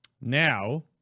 Now